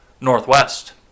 Northwest